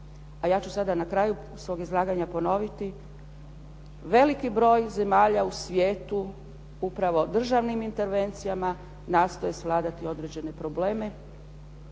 A ja ću sada na kraju svog izlaganja ponoviti. Veliki broj zemalja u svijetu upravo državnim intervencijama nastoje svladati određene probleme